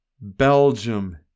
Belgium